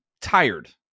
tired